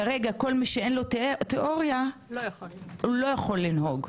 כרגע כל מי שאין לו תיאוריה - לא יכול לנהוג.